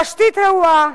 תשתית רעועה,